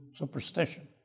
superstition